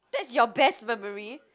that's your best memory